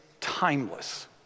timeless